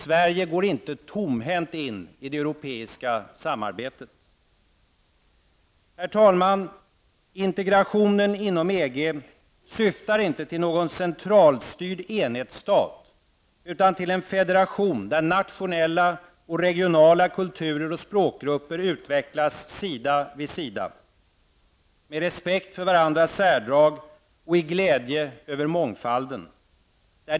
Sverige går inte tomhänt in i det europeiska samarbetet. Herr talman! Integrationen inom EG syftar inte till någon centralstyrd enhetsstat, utan till en federation där nationella och regionala kulturer och språkgrupper utvecklas sida vid sida, med respekt för varandras särdrag och i glädje över mångfalden.